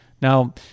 Now